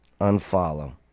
Unfollow